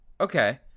Okay